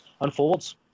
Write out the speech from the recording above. unfolds